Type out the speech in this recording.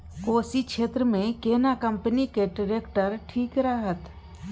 कोशी क्षेत्र मे केना कंपनी के ट्रैक्टर ठीक रहत?